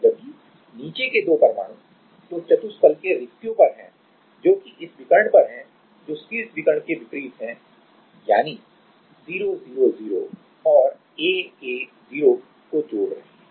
जबकि नीचे के 2 परमाणु जो चतुष्फलकीय रिक्तियों पर हैं जो कि इस विकर्ण पर है जो शीर्ष विकर्ण के विपरीत है यानी 0 0 0 और a a 0 को जोड़ रहे हैं